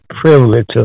privilege